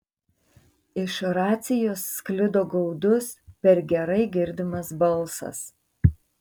iš racijos sklido gaudus per gerai girdimas balsas